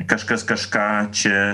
kažkas kažką čia